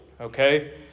Okay